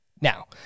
now